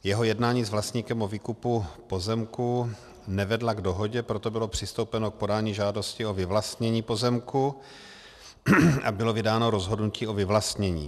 Jeho jednání s vlastníkem o výkupu pozemku nevedla k dohodě, proto bylo přistoupeno k podání žádosti o vyvlastnění pozemku a bylo vydáno rozhodnutí o vyvlastnění.